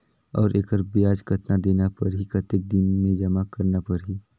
और एकर ब्याज कतना देना परही कतेक दिन मे जमा करना परही??